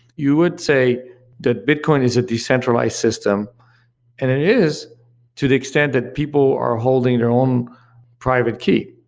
you would say that bitcoin is a decentralized system and it is to the extent that people are holding their own private key.